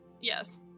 Yes